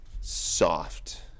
soft